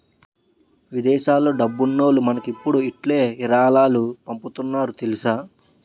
విదేశాల్లో డబ్బున్నోల్లు మనకిప్పుడు ఇట్టే ఇరాలాలు పంపుతున్నారు తెలుసా